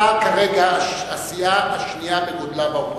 כרגע אתה הסיעה השנייה בגודלה באופוזיציה.